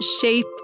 shape